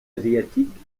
asiatique